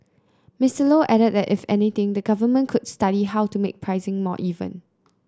Mister Low added that if anything the Government could study how to make pricing more even